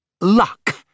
Luck